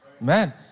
Man